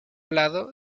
lado